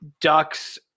Ducks